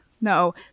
no